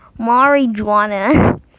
marijuana